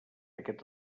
aquest